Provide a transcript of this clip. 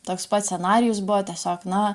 toks pats scenarijus buvo tiesiog na